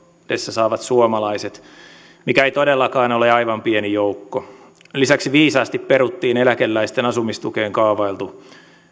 saavat suomalaiset mikä ei todellakaan ole aivan pieni joukko lisäksi viisaasti peruttiin eläkeläisten asumistukeen kaavailtu